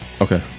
Okay